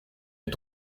est